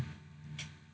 ah